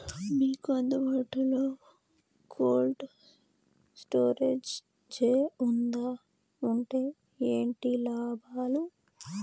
మీకు అందుబాటులో బాటులో కోల్డ్ స్టోరేజ్ జే వుందా వుంటే ఏంటి లాభాలు?